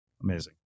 Amazing